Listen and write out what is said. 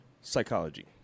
psychology